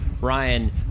Ryan